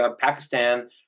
Pakistan